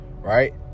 right